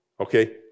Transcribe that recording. Okay